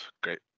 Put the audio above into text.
Great